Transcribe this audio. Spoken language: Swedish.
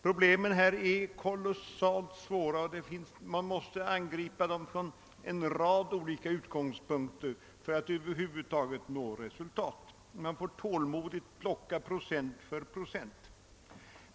Problemen här är kolossalt svåra, och de måste angripas från en rad olika förutsättningar om vi över huvud taget skall nå resultat. Man får tålmodigt plocka procent för procent.